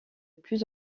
plus